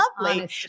lovely